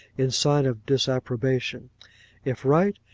in sign of disapprobation if right,